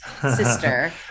sister